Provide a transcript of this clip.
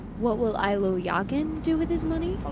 what will ailulyagin do with his money?